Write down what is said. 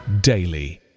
daily